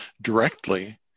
directly